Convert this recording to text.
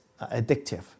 addictive